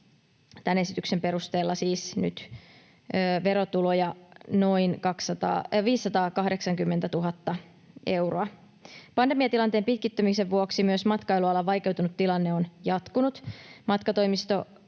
tämän esityksen perusteella nyt verotuloja noin 580 000 euroa. Pandemiatilanteen pitkittymisen vuoksi myös matkailualan vaikeutunut tilanne on jatkunut. Matkatoimistoalan